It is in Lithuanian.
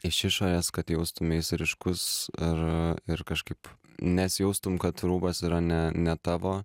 iš išorės kad jaustumeisi ryškus ar ir kažkaip nesijaustum kad rūbas yra ne ne tavo